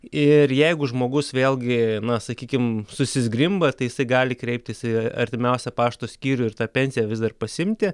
ir jeigu žmogus vėlgi na sakykim susizgrimba tai jisai gali kreiptis į artimiausią pašto skyrių ir tą pensiją vis dar pasiimti